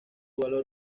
valor